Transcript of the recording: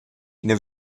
ina